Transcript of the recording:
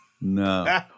no